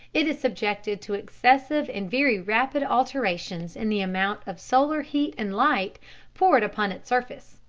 it is subjected to excessive and very rapid alterations in the amount of solar heat and light poured upon its surface,